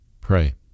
pray